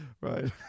right